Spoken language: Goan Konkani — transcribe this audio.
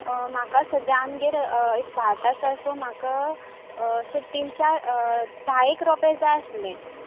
म्हाका सद्या आमगेर एक भाट आसा सो म्हाका अशे तीन चार धा एक रोंपे जाय आसले